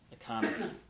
economy